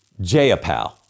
Jayapal